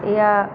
ఇక